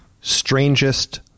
Strangest